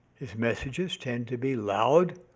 his messages tend to be loud,